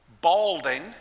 balding